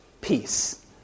peace